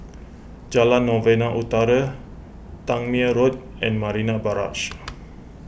Jalan Novena Utara Tangmere Road and Marina Barrage